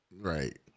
Right